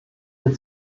der